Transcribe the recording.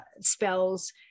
spells